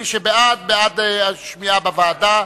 מי שבעד, בעד שמיעה בוועדה.